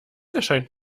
erscheint